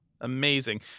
Amazing